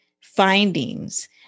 findings